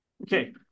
Okay